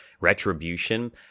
retribution